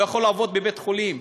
לא יכול לעבוד בבית-חולים,